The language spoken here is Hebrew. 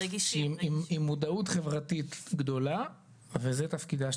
עם מודעות חברתית גדולה וזה תפקידה של